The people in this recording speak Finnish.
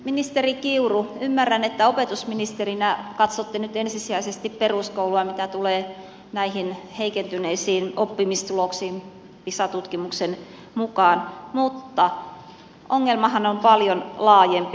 ministeri kiuru ymmärrän että opetusministerinä katsotte nyt ensisijaisesti peruskoulua mitä tulee näihin heikentyneisiin oppimistuloksiin pisa tutkimuksen mukaan mutta ongelmahan on paljon laajempi